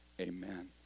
amen